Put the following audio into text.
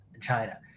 China